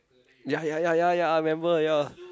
ya ya ya ya ya I remember ya